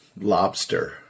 Lobster